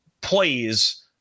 plays